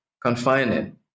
confining